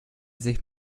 sich